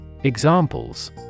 Examples